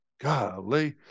golly